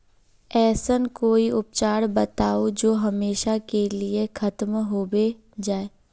ऐसन कोई उपचार बताऊं जो हमेशा के लिए खत्म होबे जाए?